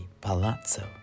Palazzo